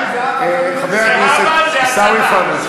היושב-ראש, חבר הכנסת, זהבה, זה הזבה,